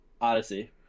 Odyssey